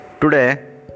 Today